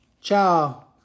Ciao